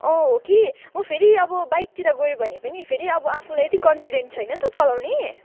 अँ हो कि म फेरि अब बाइकतिर गयो भने पनि फेरि अब आफूलाई यति कन्फिडेन्ट छैन नि त चलाउने